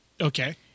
Okay